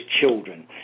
children